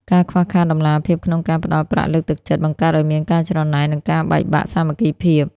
ការខ្វះខាតតម្លាភាពក្នុងការផ្ដល់ប្រាក់លើកទឹកចិត្ត បង្កើតឱ្យមានការច្រណែន និងការបែកបាក់សាមគ្គីភាព។